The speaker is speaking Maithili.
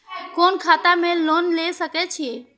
कोन खाता में लोन ले सके छिये?